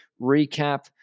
recap